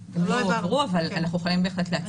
הועברו ואנחנו יכולים בהחלט להציג אותם.